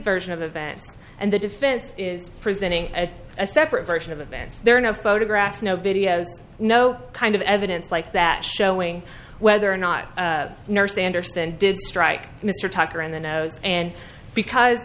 version of events and the defense is presenting a separate version of events there are no photographs no video no kind of evidence like that showing whether or not nurse anderson did strike mr tucker in the nose and because